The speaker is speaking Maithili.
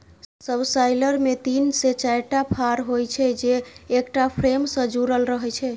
सबसॉइलर मे तीन से चारिटा फाड़ होइ छै, जे एकटा फ्रेम सं जुड़ल रहै छै